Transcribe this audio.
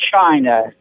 China